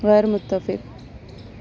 غیر متفق